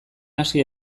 hasi